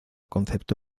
concepto